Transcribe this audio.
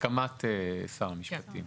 בהסכמת שר המשפטים.